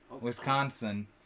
Wisconsin